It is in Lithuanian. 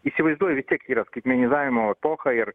įsivaizduoju vis tiek yra skaitmenizavimo epocha ir